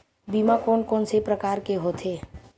बीमा कोन कोन से प्रकार के होथे?